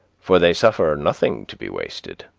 for they suffer nothing to be wasted.